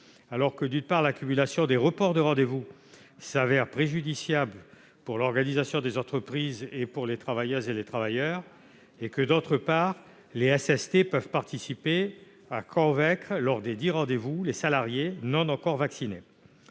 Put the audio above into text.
plus que l'accumulation des reports de rendez-vous s'avère préjudiciable pour l'organisation des entreprises et pour les travailleuses et les travailleurs et que les SST peuvent aider à convaincre, lors desdits rendez-vous, les salariés non encore vaccinés.